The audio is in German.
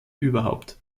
überhaupt